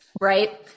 right